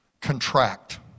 contract